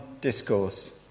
discourse